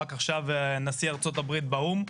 רק עכשיו נשיא ארצות הברית באו"ם,